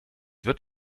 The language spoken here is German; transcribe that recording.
wird